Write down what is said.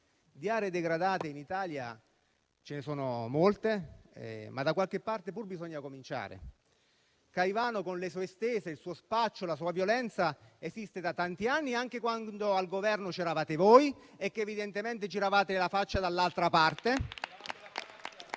di aree degradate in Italia ce ne sono molte, ma da qualche parte bisogna pur cominciare. Caivano con le sue "stese", il suo spaccio e la sua violenza esiste da tanti anni, anche quando al Governo c'eravate voi, che evidentemente giravate la faccia dall'altra parte.